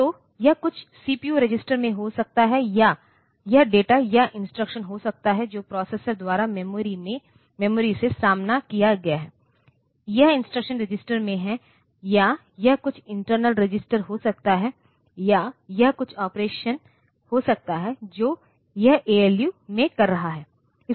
तो यह कुछ सीपीयू रजिस्टर में हो सकता है या यह डेटा या इंस्ट्रक्शन हो सकता है जो प्रोसेसर द्वारा मेमोरी से सामना किया गया है यह इंस्ट्रक्शन रजिस्टर में है या यह कुछ इंटरनल रजिस्टर हो सकता है या यह कुछ ऑपरेशन हो सकता है जो यह ऐएलयू में कर रहा है